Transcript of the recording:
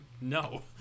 no